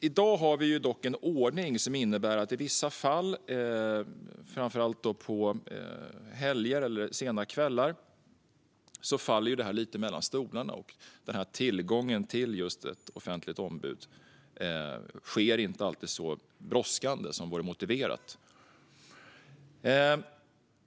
I dag har vi dock en ordning som innebär att detta i vissa fall, framför allt på helger eller sena kvällar, faller detta lite mellan stolarna. Tilldelningen av ett offentligt ombud sker inte alltid så brådskande som vore motiverat.